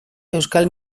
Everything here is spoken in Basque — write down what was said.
euskal